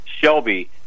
Shelby